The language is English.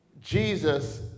Jesus